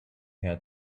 had